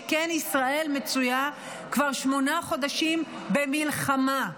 שכן ישראל מצויה כבר שמונה חודשים במלחמה,